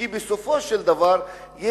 כי בסופו של דבר,